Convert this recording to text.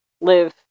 live